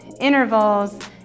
intervals